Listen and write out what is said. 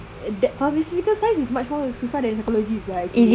that pharmaceutical science is much more susah than psychology sia actually